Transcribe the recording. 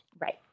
Right